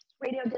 Radio